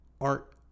art